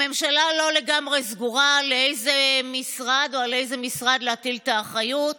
הממשלה לא לגמרי סגורה לאיזה משרד או על איזה משרד להטיל את האחריות,